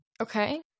Okay